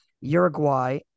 Uruguay